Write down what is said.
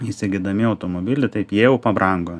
įsigydami automobilį taip jie jau pabrango